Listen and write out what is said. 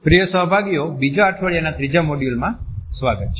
પ્રિય સહભાગીઓ બીજા અઠવાડીયાના ત્રીજા મોડ્યુલમાં સ્વાગત છે